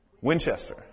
Winchester